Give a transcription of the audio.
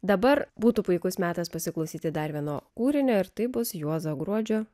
dabar būtų puikus metas pasiklausyti dar vieno kūrinio ir tai bus juozo gruodžio